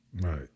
Right